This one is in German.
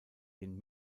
den